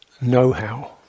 know-how